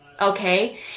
okay